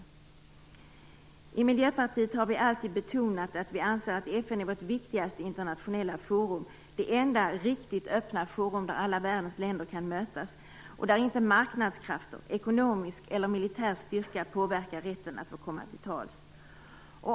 I Miljöpartiet har vi alltid betonat att vi anser att FN är vårt viktigaste internationella forum. Det är det enda riktigt öppna forum där alla världens länder kan mötas och där inte marknadskrafter, ekonomisk eller militär styrka påverkar rätten att få komma till tals.